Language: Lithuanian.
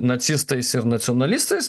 nacistais ir nacionalistais